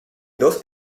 dos